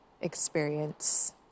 experience